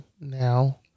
now